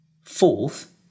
Fourth